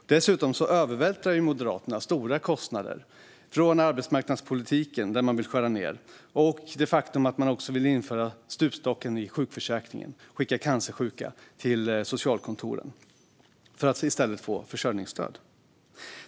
Moderaterna övervältrar dessutom stora kostnader från arbetsmarknadspolitiken, där man vill skära ned. De vill också införa stupstocken i sjukförsäkringen så att cancersjuka skickas till socialkontoren i stället för att få försörjningsstöd.